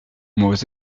moi